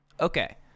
Okay